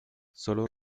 sólo